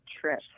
trip